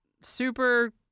super